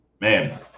Man